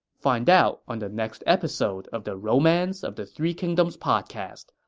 find out on the next episode of the romance of the three kingdoms podcast.